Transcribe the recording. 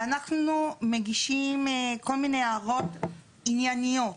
אנחנו מגישים כל מיני הערות ענייניות